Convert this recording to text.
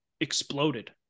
exploded